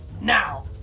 now